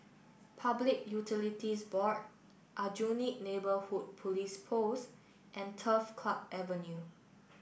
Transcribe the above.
Public Utilities Board Aljunied Neighbourhood Police Post and Turf Club Avenue